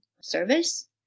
service